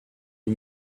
you